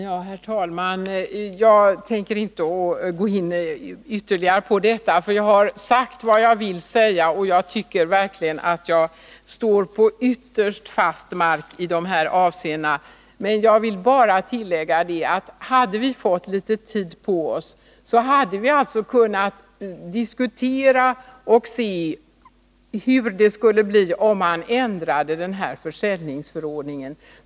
Herr talman! Jag tänker inte gå in ytterligare på detta, för jag har sagt vad jag vill säga, och jag tycker verkligen att jag står på ytterst fast mark i de här avseendena. Jag vill bara tillägga att hade vi fått litet tid på oss så hade vi kunnat diskutera och se hur det skulle bli om man ändrade försäljningsförordningen.